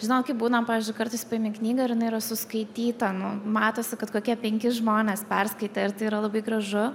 žinokit būna pavyzdžiui kartais paimi knygą ir jinai yra suskaityta nu matosi kad kokie penki žmonės perskaitė ir tai yra labai gražu